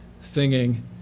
singing